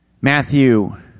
Matthew